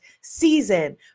season